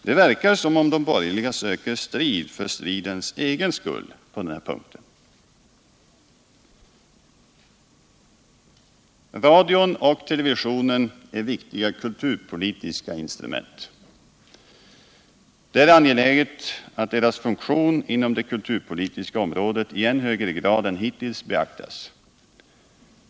Det verkar som om de borgerliga söker strid för stridens egen skull på den här punkten. Radion och televisionen är viktiga kulturpolitiska instrument. Det är angeläget att deras funktion inom det kulturpolitiska området i än högre grad än hittills beaktas.